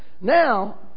Now